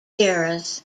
eras